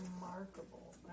remarkable